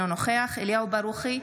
בעד אליהו ברוכי,